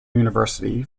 university